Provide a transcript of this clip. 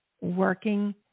working